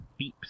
beeps